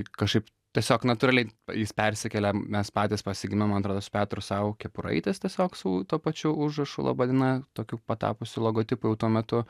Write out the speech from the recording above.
kažkaip tiesiog natūraliai jis persikėlė mes patys pasigaminom man atrodo su petru sau kepuraites tiesiog su tuo pačiu užrašu laba diena tokiu patapusiu logotipu jau tuo metu